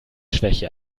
schwäche